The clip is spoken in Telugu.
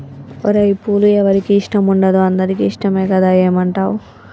ఓరై పూలు ఎవరికి ఇష్టం ఉండదు అందరికీ ఇష్టమే కదా ఏమంటావ్